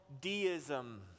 deism